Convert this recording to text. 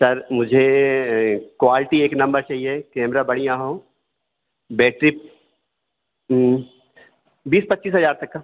sir मुझे quality एक number चाहिए केमरा बढ़िया हो बैटरी बीस पच्चीस हजार तक का